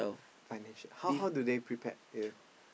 financial how how do they prepared the